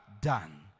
done